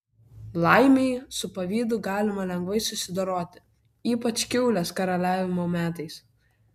laimei su pavydu galima lengvai susidoroti ypač kiaulės karaliavimo metais